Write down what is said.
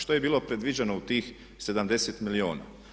Što je bilo predviđeno u tih 70 milijuna.